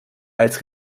als